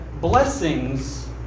blessings